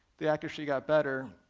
the accuracy got better,